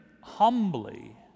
humbly